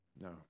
No